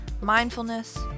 mindfulness